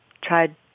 tried